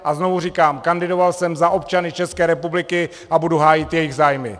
A znovu říkám, kandidoval jsem za občany České republiky a budu hájit jejich zájmy!